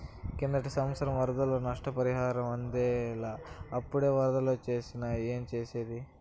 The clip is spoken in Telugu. కిందటి సంవత్సరం వరదల్లో నష్టపరిహారం అందనేలా, అప్పుడే ఒరదలొచ్చేసినాయి ఏంజేసేది